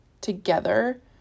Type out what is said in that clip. together